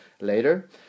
later